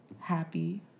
happy